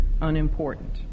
unimportant